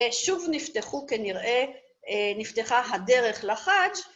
‫ושוב נפתחו, כנראה, ‫נפתחה הדרך לחאג'.